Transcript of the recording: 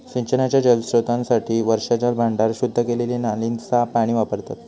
सिंचनाच्या जलस्त्रोतांसाठी वर्षाजल भांडार, शुद्ध केलेली नालींचा पाणी वापरतत